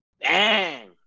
bang